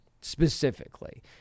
specifically